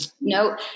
No